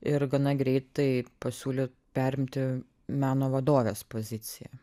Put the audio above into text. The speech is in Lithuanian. ir gana greitai pasiūlė perimti meno vadovės poziciją